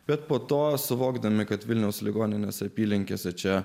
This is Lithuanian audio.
bet po to suvokdami kad vilniaus ligoninės apylinkėse čia